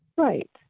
Right